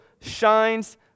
shines